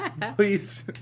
please